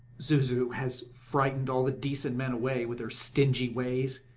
zuzu has frightened all the decent men away with her stingy ways,